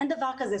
אין דבר כזה.